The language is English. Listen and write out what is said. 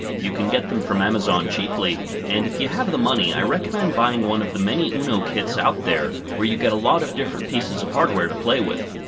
you can get them from amazon cheaply, and if you have the money i recommend buying one of the many uno kits out there where you get a lot of different pieces of hardware to play with.